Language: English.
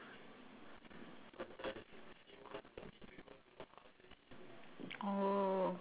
oh